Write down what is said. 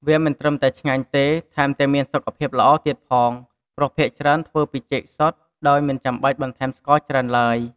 វាមិនត្រឹមតែឆ្ងាញ់ទេ ថែមទាំងមានសុខភាពល្អទៀតផង ព្រោះភាគច្រើនធ្វើពីចេកសុទ្ធដោយមិនចាំបាច់បន្ថែមស្ករច្រើនឡើយ។